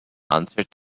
answered